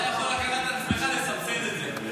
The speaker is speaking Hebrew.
אתה יכול לקחת --- לסבסד את זה.